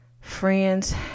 Friends